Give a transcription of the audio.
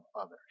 others